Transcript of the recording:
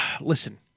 listen